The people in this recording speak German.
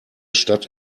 stadt